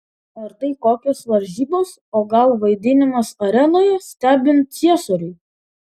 ar tai kokios varžybos o gal vaidinimas arenoje stebint ciesoriui